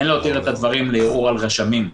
אין לו אפילו את הדברים לערעור על רשמים.